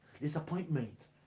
disappointment